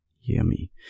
yummy